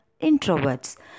introverts